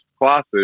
classes